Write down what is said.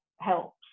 helps